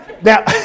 now